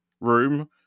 room